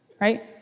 right